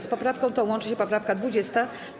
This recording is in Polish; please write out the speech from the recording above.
Z poprawką tą łączy się poprawka 20.